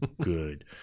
good